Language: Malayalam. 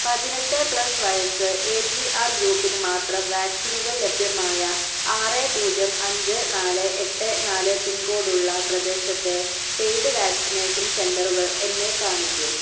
പതിനെട്ട് പ്ലസ് വയസ്സ് ഏ ജി ആർ ഗ്രൂപ്പിന് മാത്രം വാക്സിനുകൾ ലഭ്യമായ ആറ് പൂജ്യം അഞ്ച് നാല് എട്ട് നാല് പിൻകോഡ് ഉള്ള പ്രദേശത്തേ പെയ്ഡ് വാക്സിനേഷൻ സെൻ്ററുകൾ എന്നെ കാണിക്കൂ